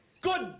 Good